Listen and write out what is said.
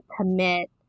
commit